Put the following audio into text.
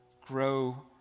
Grow